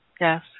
Yes